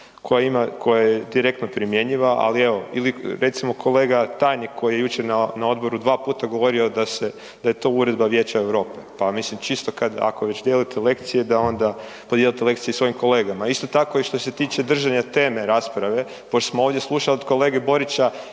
koja je direktno primjenjiva, ali evo ili recimo kolega tajnik koji je jučer na odboru dva puta govorio da je to uredba Vijeća Europe. Pa mislim, čisto kad, ako već dijelite lekcije da ona podijelite lekcije i svojim kolegama. Isto tako i što se tiče držanja teme rasprave, pošto smo ovdje slušali od kolege Borića